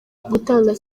gutanga